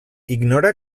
ignora